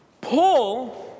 Paul